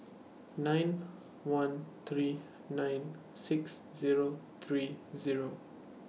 nine one three nine six Zero three Zero